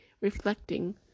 reflecting